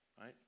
right